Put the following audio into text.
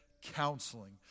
Counseling